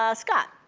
ah scott,